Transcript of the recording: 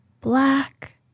black